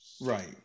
Right